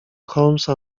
holmesa